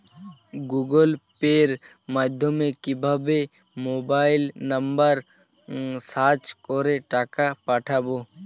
Google পের মাধ্যমে কিভাবে মোবাইল নাম্বার সার্চ করে টাকা পাঠাবো?